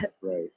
right